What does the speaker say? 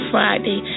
Friday